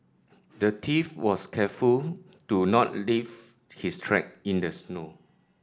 the thief was careful to not leave his track in the snow